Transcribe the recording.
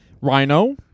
Rhino